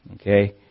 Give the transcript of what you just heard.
Okay